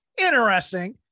interesting